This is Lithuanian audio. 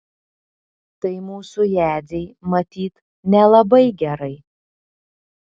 tai mūsų jadzei matyt nelabai gerai